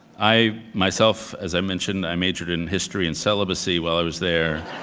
i myself, as i mentioned, i majored in history and celibacy while i was there.